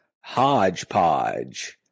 HodgePodge